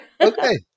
Okay